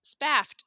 spaffed